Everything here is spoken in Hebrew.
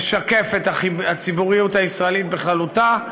שמשקף את הציבוריות הישראלית בכללותה,